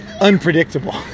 unpredictable